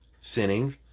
sinning